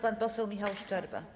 Pan poseł Michał Szczerba.